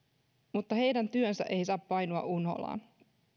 mutta heidän työnsä ei saa painua unholaan